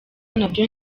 nabyo